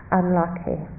unlucky